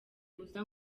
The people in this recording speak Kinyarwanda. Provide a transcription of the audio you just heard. uza